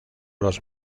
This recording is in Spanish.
los